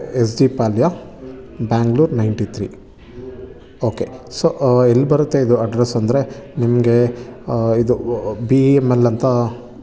S D Palya Bengaluru ninety three okay so ಎಲ್ಲಿ ಬರುತ್ತೆ ಇದು ಅಡ್ರೆಸ್ಸ್ ಅಂದರೆ ನಿಮಗೆ ಇದು ಬಿ ಎಮ್ ಎಲ್ ಅಂತ